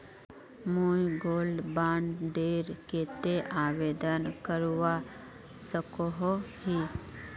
मुई gold bond डेर केते आवेदन करवा सकोहो ही?